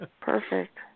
Perfect